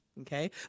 okay